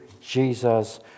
Jesus